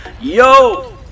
Yo